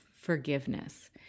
forgiveness